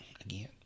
again